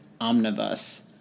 Omnibus